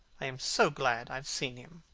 i am so glad i've seen him.